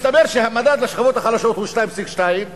מסתבר שהמדד לשכבות החזקות הוא 2.2%